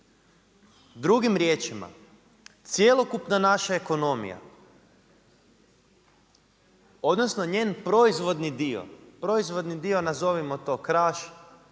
Drugim riječima, cjelokupna naša ekonomija odnosno njen proizvodni dio, proizvodni dio nazovimo to Kraš,